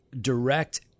direct